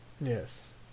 Yes